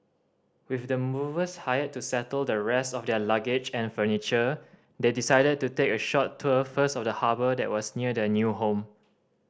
with the movers hired to settle the rest of their luggage and furniture they decided to take a short tour first of the harbour that was near their new home